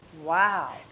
Wow